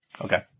Okay